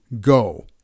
go